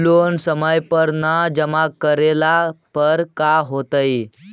Loan समय पर न जमा करला पर का होतइ?